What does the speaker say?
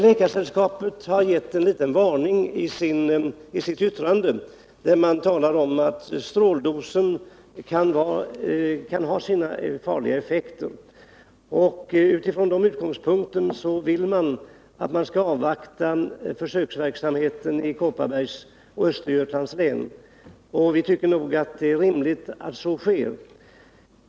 Läkaresällskapet har gett en liten varning i sitt yttrande och sagt att stråldosen kan ha sina farliga effekter. Utifrån den utgångspunkten vill Läkaresällskapet att försöksverksamheten i Kopparbergs och Östergötlands län skall avvaktas. Och jag tycker nog det är rimligt att så sker.